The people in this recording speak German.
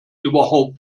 überhaupt